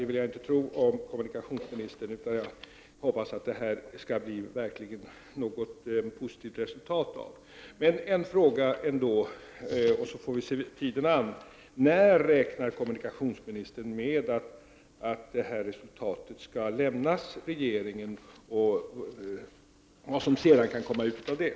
Det vill jag inte heller tro om kommunikationsministern, utan jag hoppas att det verkligen skall komma något positivt resultat av detta. Vi får väl se tiden an. Jag vill ändå ställa en fråga: När räknar kommunikationsministern med att resultatet skall lämnas till regeringen, och vad tror han sedan kan komma ut av det?